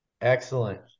Excellent